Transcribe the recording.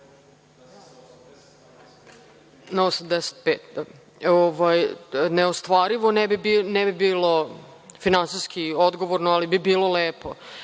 neostvarivo, ne bi bilo finansijski odgovorno, ali bi bilo lepo.